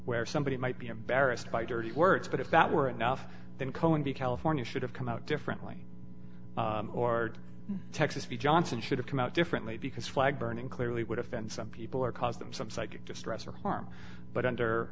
where somebody might be embarrassed by dirty words but if that were enough then coing be california should have come out differently or texas v johnson should have come out differently because flag burning clearly would offend some people or cause them some psychic distress or harm but under